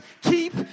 keep